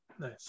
Nice